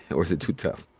or is it too tough?